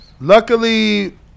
Luckily